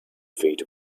feet